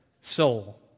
soul